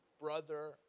brother